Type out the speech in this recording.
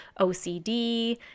OCD